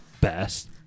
best